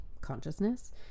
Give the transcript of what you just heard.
consciousness